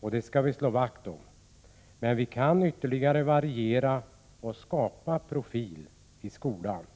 och det skall vi slå vakt om. Men vi kan ytterligare variera och skapa profil i skolan.